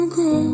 go